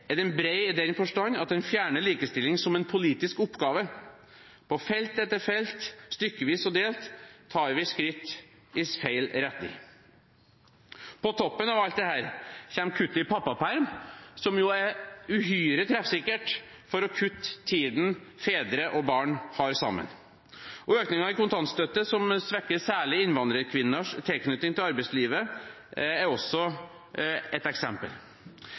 i den forstand at den fjerner likestilling som en politisk oppgave på felt etter felt. Stykkevis og delt tar vi skritt i feil retning. På toppen av alt dette kommer kuttet i pappaperm, som jo er uhyre treffsikkert for å kutte tiden fedre og barn har sammen. Økningen i kontantstøtte, som svekker særlig innvandrerkvinners tilknytning til arbeidslivet, er også et eksempel.